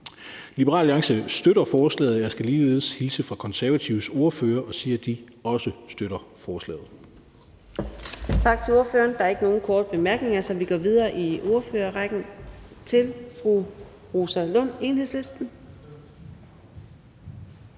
Liberal Alliance støtter forlaget, og jeg skal ligeledes hilse fra Konservatives ordfører og sige, at de også støtter forslaget. Kl. 14:02 Fjerde næstformand (Karina Adsbøl): Tak til ordføreren. Der er ikke nogen korte bemærkninger, så vi går videre i ordførerrækken til fru Rosa Lund, Enhedslisten.